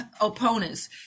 opponents